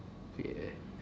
yeah